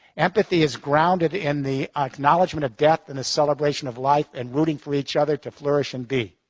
empathy is grounded in the acknowledgement of death and the celebration of life and rooting for each other to flourish and be.